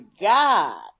God